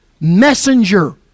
messenger